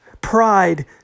Pride